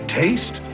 taste